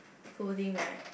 folding right